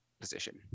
position